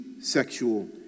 sexual